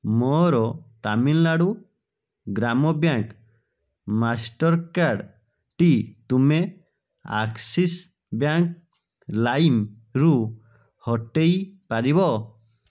ମୋର Tamil Nadu Grama bank master କାର୍ଡ଼୍ଟି ତୁମେ ଆକ୍ସିସ୍ ବ୍ୟାଙ୍କ ଲାଇମ୍ରୁ ହଟାଇ ପାରିବ